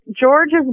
George's